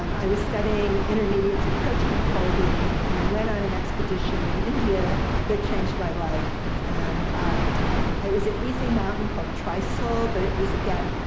um i was studying intermediate in protein folding, and i went on an expedition in india that changed my life. and it was an easy mountain called trisul, but it was, again,